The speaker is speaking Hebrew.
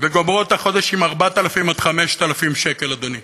וגומרות את החודש עם 4,000 5,000 שקלים, אדוני.